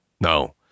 No